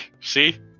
See